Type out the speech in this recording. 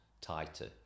tighter